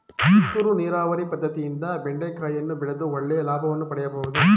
ತುಂತುರು ನೀರಾವರಿ ಪದ್ದತಿಯಿಂದ ಬೆಂಡೆಕಾಯಿಯನ್ನು ಬೆಳೆದು ಒಳ್ಳೆಯ ಲಾಭವನ್ನು ಪಡೆಯಬಹುದೇ?